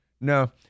No